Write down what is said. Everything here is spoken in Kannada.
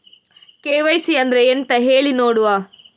ಕೆ.ವೈ.ಸಿ ಅಂದ್ರೆ ಎಂತ ಹೇಳಿ ನೋಡುವ?